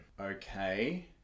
Okay